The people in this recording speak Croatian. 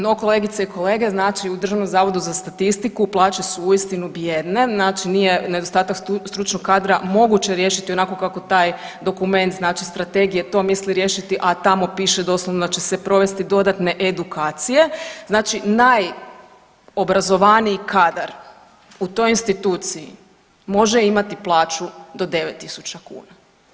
No, kolegice i kolege znači u Državnom zavodu za statistiku plaće su uistinu bijedne, znači nije nedostatak stručnog kadra moguće riješiti onako kako taj dokument znači strategije to misli riješiti, a tamo piše doslovno da će se provesti dodatne edukacije, znači najobrazovaniji kadar u toj instituciji može imati plaću do 9.000 kuna.